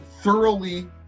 thoroughly